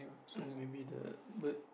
or maybe the bird